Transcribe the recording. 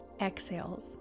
exhales